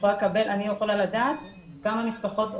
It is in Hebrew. אני יכולה לדעת כמה משפחות עולות,